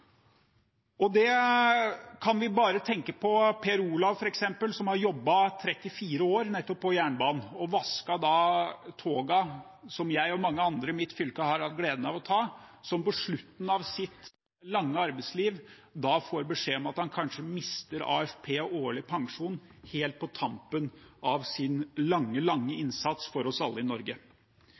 kan bare tenke på f.eks. Per Olav, som har jobbet 43 år nettopp på jernbanen og vasket togene som jeg og mange andre i mitt fylke har hatt gleden av å ta, som på slutten av sitt lange arbeidsliv får beskjed om at han kanskje mister AFP og årlig pensjon – helt på tampen av sin lange, lange innsats for oss alle i Norge.